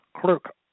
clerk